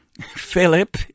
Philip